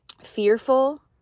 Fearful